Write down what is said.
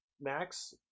Max